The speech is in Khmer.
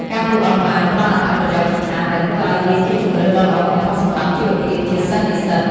ការលក់អនឡាញផ្ដល់អត្ថប្រយោជន៍ជាច្រើន ដែលធ្វើឲ្យវាជាជម្រើសដ៏ល្អបំផុតសម្រាប់ជីវភាពជាសិស្សនិស្សិត។